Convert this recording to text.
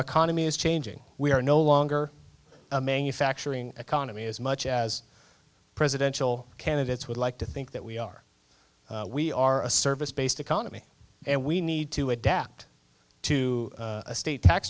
economy is changing we are no longer a manufacturing economy as much as presidential candidates would like to think that we are we are a service based economy and we need to adapt to a state tax